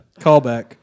Callback